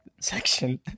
section